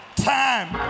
time